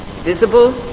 visible